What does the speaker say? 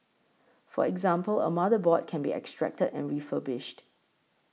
for example a motherboard can be extracted and refurbished